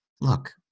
look